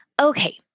Okay